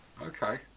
Okay